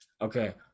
Okay